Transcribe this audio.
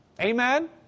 Amen